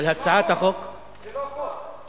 על הצעת החוק, זה לא חוק.